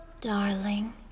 Darling